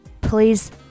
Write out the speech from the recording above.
Please